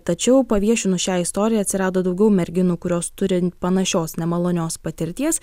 tačiau paviešinus šią istoriją atsirado daugiau merginų kurios turi panašios nemalonios patirties